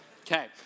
Okay